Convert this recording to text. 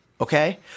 Okay